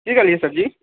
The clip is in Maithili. की कहलियै सर जी